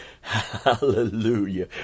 Hallelujah